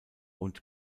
und